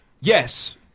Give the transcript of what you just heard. Yes